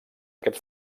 aquest